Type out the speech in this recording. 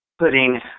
Putting